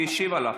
היא השיבה לך.